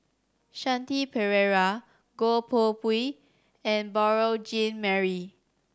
Shanti Pereira Goh Koh Pui and Beurel Jean Marie